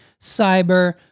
Cyber